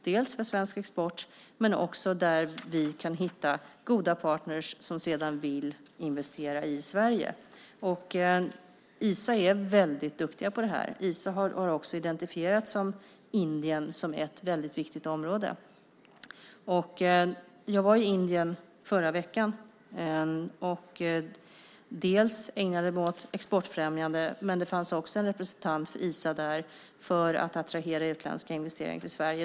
Det handlar om svensk export men också om att vi kan hitta goda partner som sedan vill investera i Sverige. Isa är väldigt duktigt på det här. Isa har också identifierat Indien som ett väldigt viktigt område. Jag var i Indien förra veckan och ägnade mig bland annat åt exportfrämjande. Men det fanns också en representant för Isa där för att attrahera utländska investeringar till Sverige.